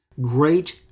great